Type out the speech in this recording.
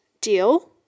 deal